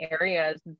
areas